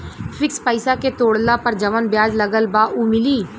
Fix पैसा के तोड़ला पर जवन ब्याज लगल बा उ मिली?